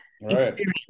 experience